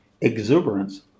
exuberance